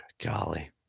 golly